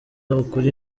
ukuri